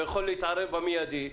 והוא יכול להתערב במידי,